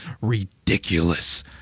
ridiculous